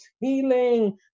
healing